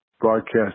broadcast